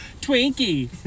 Twinkie